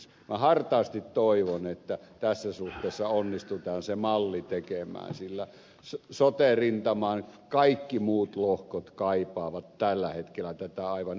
minä hartaasti toivon että tässä suhteessa onnistutaan se malli tekemään sillä sote rintaman kaikki muut lohkot kaipaavat tällä hetkellä tätä aivan erikoisesti